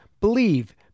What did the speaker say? believe